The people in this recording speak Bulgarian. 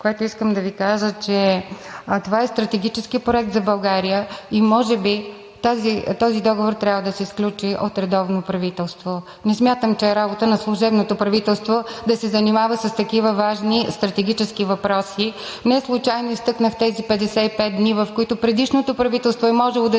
и искам да Ви кажа, че това е стратегически проект за България и може би този договор трябва да се сключи от редовно правителство. Не смятам, че е работа на служебното правителство да се занимава с такива важни стратегически въпроси. Неслучайно изтъкнах тези 55 дни, в които при предишното правителство е можело да